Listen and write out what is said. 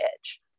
edge